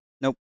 Nope